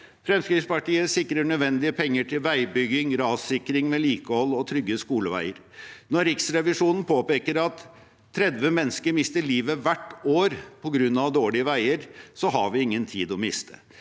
Fremskrittspartiet sikrer nødvendige penger til veibygging, rassikring, vedlikehold og trygge skoleveier. Når Riksrevisjonen påpeker at 30 mennesker mister livet hvert år på grunn av dårlige veier, har vi ingen tid å miste.